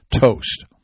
toast